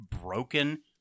broken